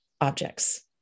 objects